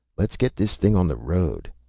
let's get this thing on the road,